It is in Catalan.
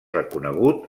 reconegut